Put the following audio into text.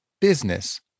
business